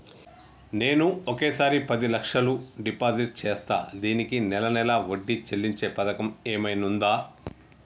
నేను ఒకేసారి పది లక్షలు డిపాజిట్ చేస్తా దీనికి నెల నెల వడ్డీ చెల్లించే పథకం ఏమైనుందా?